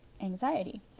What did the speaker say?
anxiety